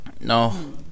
No